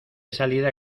salida